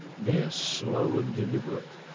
they're slow and deliberate,